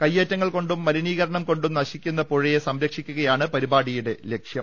കൈയേറ്റങ്ങൾ കൊണ്ടും മലിനീകരണം കൊണ്ടും നശിക്കുന്ന പുഴയെ സംരക്ഷിക്കുകയാ ണ് പരിപാടിയുടെ ലക്ഷ്യം